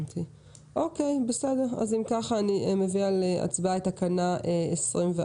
אני מביאה להצבעה את תקנה 21,